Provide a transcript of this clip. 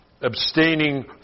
abstaining